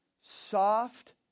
soft